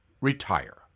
retire